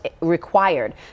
required